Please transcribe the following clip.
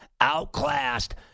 outclassed